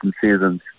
seasons